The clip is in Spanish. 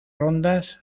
rondas